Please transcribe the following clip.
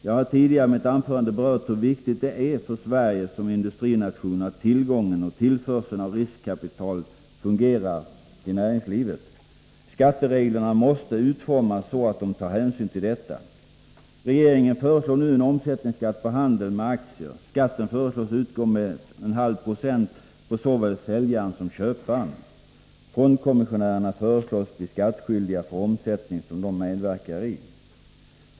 Jag har tidigare i mitt anförande berört hur viktigt det är för Sverige som industriland att tillgången till och tillförseln av riskkapital till näringslivet fungerar. Skattereglerna måste utformas så att de tar hänsyn till detta. Regeringen föreslår nu en omsättningsskatt på handel med aktier, Skatten föreslås utgå med 0,5 96 hos såväl säljaren som köparen. Fondkommissionärerna föreslås bli skattskyldiga för omsättning som de medverkar i.